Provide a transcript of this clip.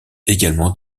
également